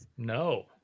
No